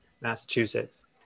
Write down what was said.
Massachusetts